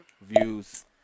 Views